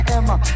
Emma